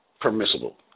Permissible